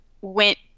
went